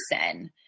person